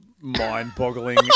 mind-boggling